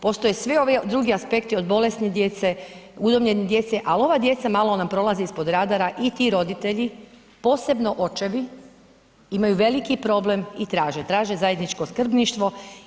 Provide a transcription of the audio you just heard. Postoje svi ovi drugi aspekti od bolesne djece, udomljene djece ali ova djeca malo nam prolaze ispod radara i ti roditelji, posebno očevi imaju veliki problem i traže, traže zajedničko skrbništvo.